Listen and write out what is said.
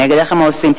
אני אגלה לכם מה עושים,